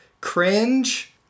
cringe